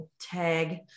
tag